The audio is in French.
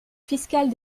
fiscales